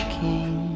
king